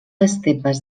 estepes